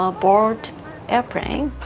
ah board airplane